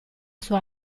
sua